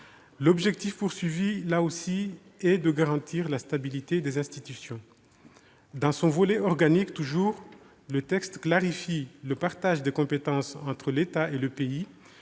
L'objectif visé est, là aussi, de garantir la stabilité des institutions. Dans son volet organique toujours, le texte clarifie le partage des compétences entre l'État et le pays,